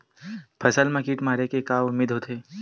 फसल मा कीट मारे के का उदिम होथे?